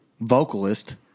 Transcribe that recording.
Vocalist